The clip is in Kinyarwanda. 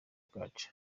kacu